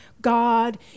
God